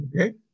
Okay